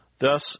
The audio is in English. Thus